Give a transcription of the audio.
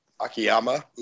Akiyama